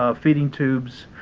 ah feeding tubes,